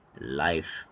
life